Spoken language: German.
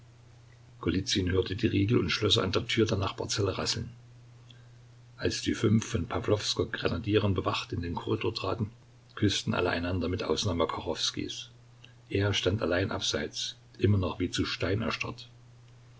hörte die riegel und schlösser an der tür der nachbarzelle rasseln als die fünf von pawlowsker grenadieren bewacht in den korridor traten küßten alle einander mit ausnahme kachowskijs er stand allein abseits immer noch wie zu stein erstarrt